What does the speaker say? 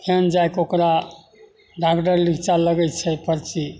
फेन जाइके ओकरा डॉक्टर नीचा लगय छै पर्ची